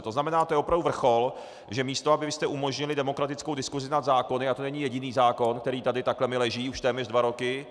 To znamená, to je opravdu vrchol, že místo abyste umožnili demokratickou diskusi nad zákony a to není jediný zákon, který tady už mi leží téměř dva roky.